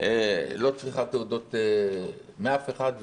לא צריכה תעודות מאף אחד,